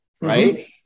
Right